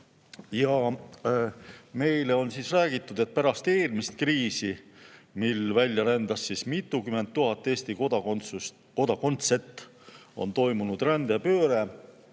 Ja meile on räägitud, et pärast eelmist kriisi, mil välja rändas mitukümmend tuhat Eesti kodakondset, on toimunud rändepööre,